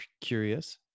curious